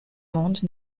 monde